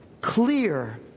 clear